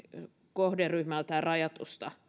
kohderyhmältään rajattu